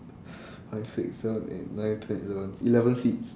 five six seven eight nine ten eleven eleven seeds